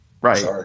Right